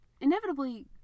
inevitably